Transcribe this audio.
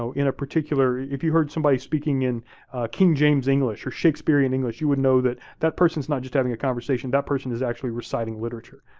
so in a particular, if you heard somebody speaking in king james english or shakespearean english, you would know that that person is not just having a conversation, that person is actually reciting literature.